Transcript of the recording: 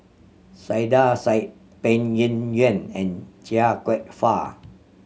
Saiedah Said Peng Yuyun and Chia Kwek Fah